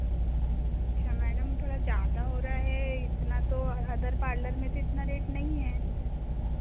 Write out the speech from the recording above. अच्छा मैडम थोड़ा ज़्यादा हो रहा है इतना तो अदर पार्लर में तो नहीं है